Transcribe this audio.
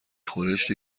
خورشت